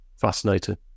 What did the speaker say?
Fascinating